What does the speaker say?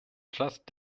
just